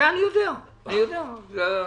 זה לא